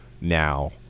now